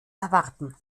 erwarten